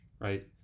right